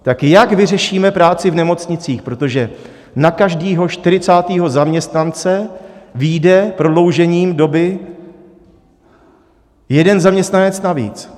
Tak jak vyřešíme práci v nemocnicích, protože na každého čtyřicátého zaměstnance vyjde prodloužením doby jeden zaměstnanec navíc?